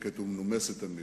הלא-מאופקת והמנומסת תמיד,